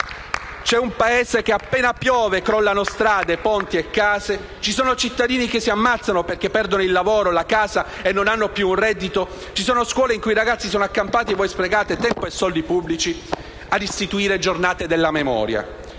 C'è un Paese dove appena piove crollano strade, ponti e case. Ci sono cittadini che si ammazzano perché perdono il lavoro, la casa e non hanno più un reddito. Ci sono scuole in cui i ragazzi sono accampati. E voi sprecate tempo e soldi pubblici ad istituire giornate della memoria.